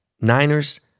Niners